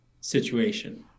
situation